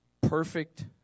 perfect